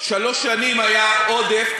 שלוש שנים היה עודף,